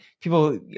people